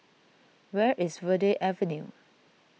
where is Verde Avenue